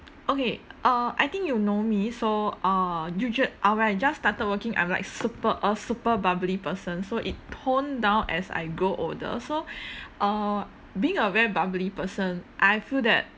okay uh I think you know me so uh usua~ uh when I just started working I'm like super a super bubbly person so it tone down as I grow older so uh being a very bubbly person I feel that